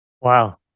Wow